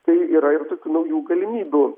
tai yra ir tokių naujų galimybių